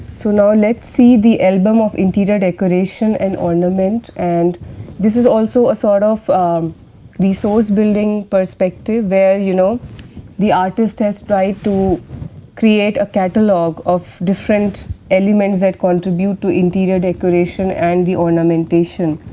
so, now let us see the album of interior decoration and ornament and this is also a sort of resource building perspective, where you know the artist has tried to create a catalogue of different elements that contribute to interior decoration and the ornamentation.